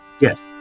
Yes